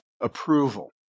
approval